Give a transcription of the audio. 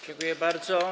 Dziękuję bardzo.